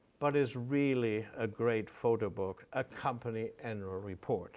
but is really a great photo book, a company annual report